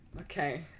Okay